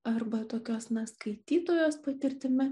arba tokios na skaitytojos patirtimi